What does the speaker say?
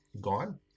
gone